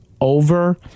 over